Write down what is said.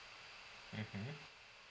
mmhmm